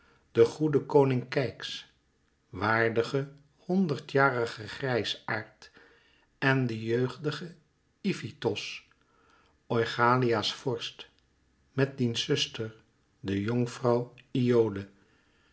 de goede koning keyx waardige honderdjarige grijsaard en de jeugdige ifitos oichalia's vorst met diens zuster de jonkvrouw iole